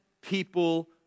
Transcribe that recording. people